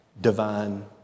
divine